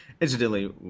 Incidentally